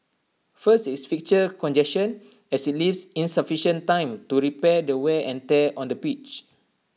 first is fixture congestion as IT leaves insufficient time to repair the wear and tear on the pitch